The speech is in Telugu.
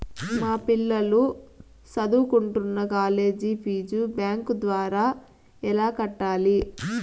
మా పిల్లలు సదువుకుంటున్న కాలేజీ ఫీజు బ్యాంకు ద్వారా ఎలా కట్టాలి?